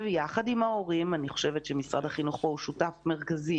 יחד עם ההורים אני חושבת שמשרד החינוך פה הוא שותף מרכזי,